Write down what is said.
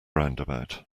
roundabout